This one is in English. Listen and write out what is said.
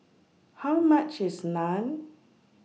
How much IS Naan